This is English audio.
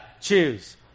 Choose